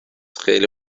خیلی